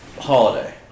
holiday